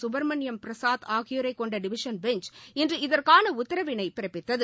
சுப்பிரமணியம் பிரசாத் ஆகியோரை கொண்ட division bench இன்று இதற்கான உத்தரவிளை பிறப்பித்தது